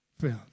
filled